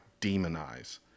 demonize